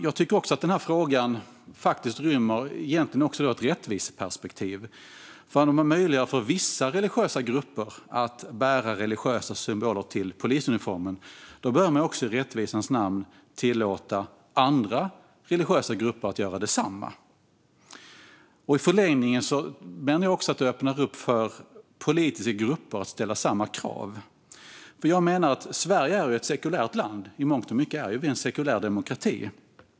Jag tycker att frågan egentligen också rymmer ett rättviseperspektiv. Om man möjliggör för vissa religiösa grupper att bära religiösa symboler till polisuniformen bör man också i rättvisans namn tillåta andra religiösa grupper att göra detsamma. I förlängningen menar jag att det också öppnar upp för politiska grupper att ställa samma krav. Sverige är ett sekulärt land. I mångt och mycket är vi en sekulär demokrati.